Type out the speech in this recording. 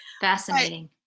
Fascinating